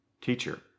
Teacher